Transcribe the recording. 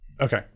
Okay